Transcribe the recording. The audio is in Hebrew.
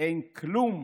שאין כלום,